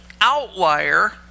outlier